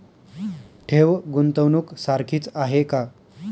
ठेव, गुंतवणूक सारखीच आहे का?